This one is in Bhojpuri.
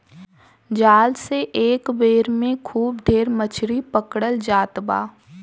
जाल से एक बेर में खूब ढेर मछरी पकड़ल जात बा